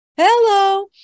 Hello